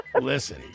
Listen